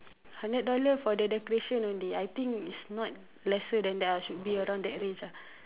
hundred dollar for the decorations only I think it's not lesser than that lah should be around that range lah